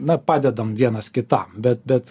na padedam vienas kitam bet bet